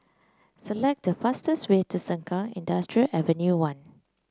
select the fastest way to Sengkang Industrial Avenue One